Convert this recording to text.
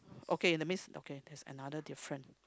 okay that's mean okay there's another different